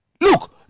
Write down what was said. look